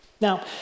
Now